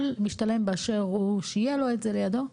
משתלם באשר הוא שיהיה לו את זה לידו?